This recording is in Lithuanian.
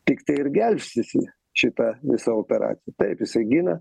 tiktai ir gelbstisi šita visa operacija taip jisai gina